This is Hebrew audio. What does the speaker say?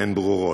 הן ברורות: